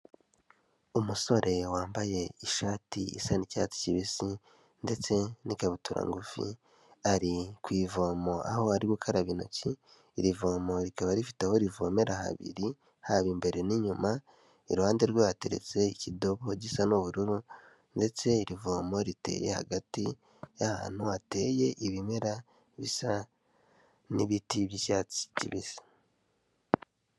Umusore wambaye ishati isa n'icyatsi kibisi, ndetse n'ikabutura ngufi, ari ku ivomo aho ari gukaraba intoki, iri vomo rikaba rifite aho rivomera habiri, haba imbere n'inyuma, iruhande rwe hateretse ikidobo gisa n'ubururu, ndetse irivomo riteye hagati y'ahantu hateye ibimera bisa n'ibiti by'icyatsi kibisi.